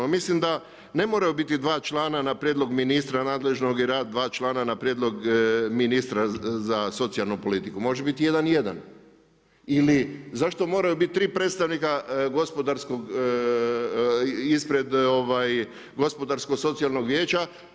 Mislim da ne moraju biti dva člana na prijedlog ministra nadležnog i rad dva člana na prijedlog ministra za socijalnu politiku, može biti jedan jedan ili zašto moraju biti tri predstavnika ispred Gospodarsko-socijalnog vijeća?